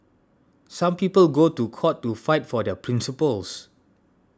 some people go to court to fight for their principles